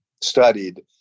studied